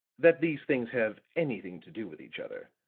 that these things have anything to do with each other.